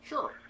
Sure